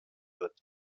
wird